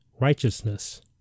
righteousness